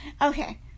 okay